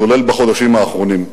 כולל בחודשים האחרונים.